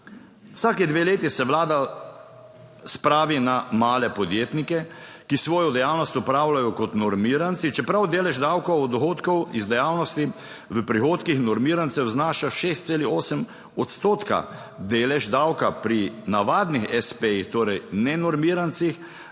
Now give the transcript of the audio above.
(NB) – 10.45 (Nadaljevanje) male podjetnike, ki svojo dejavnost opravljajo kot normiranci, čeprav delež davka od dohodkov iz dejavnosti v prihodkih normirancev znaša 6,8. odstotka, delež davka pri navadnih espejih, torej nenormirancih,